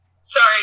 Sorry